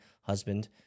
husband